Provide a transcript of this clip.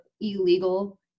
illegal